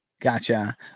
Gotcha